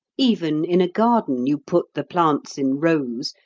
even in a garden you put the plants in rows,